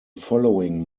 following